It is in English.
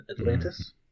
Atlantis